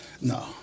No